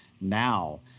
now